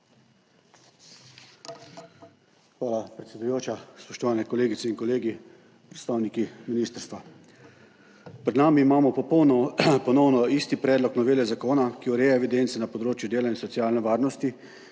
Hvala predsedujoča. Spoštovane kolegice in kolegi, predstavniki ministrstva! Pred nami imamo popolno ponovno isti predlog novele zakona, ki ureja evidence na področju dela in socialne varnosti,